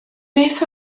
beth